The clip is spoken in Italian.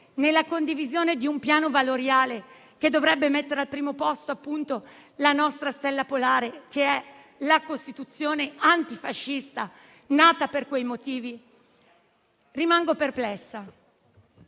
nella condivisione di un piano valoriale che dovrebbe mettere al primo posto la nostra stella polare, che è la Costituzione antifascista nata per quei motivi? Rimango perplessa.